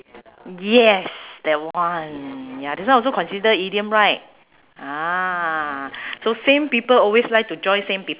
yes that one ya this one also consider idiom right ah so same people always like to join same peop~